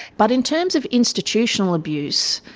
but in terms of institutional abuse,